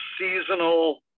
seasonal